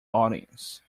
audience